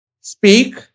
Speak